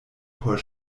por